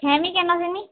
ଖେଇବିଁ କେନ୍ ହେନି